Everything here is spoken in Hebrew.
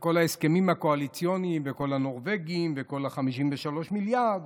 וכל ההסכמים הקואליציוניים וכל הנורבגים וכל ה-53 מיליארד.